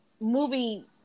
movie